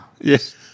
Yes